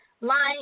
line